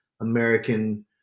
American